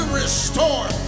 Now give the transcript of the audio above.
restore